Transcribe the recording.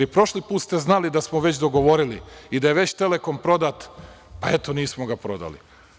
Prošli put ste znali da smo već dogovorili i da je već Telekom prodat, ali eto, nismo ga prodali.